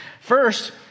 First